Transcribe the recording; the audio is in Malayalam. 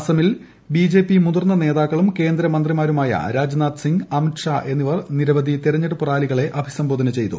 അസമിൽ ബിജെപി മുതിർന്ന നേതാക്കളും കേന്ദ്രമന്ത്രിമാരുമായ രാജ്നാഥ് സിങ് അമിത് ഷാ എന്നിവർ നിരവധി തെരഞ്ഞെടുപ്പ് റാലികളെ അഭിസംബോധന ചെയ്തു